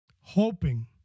hoping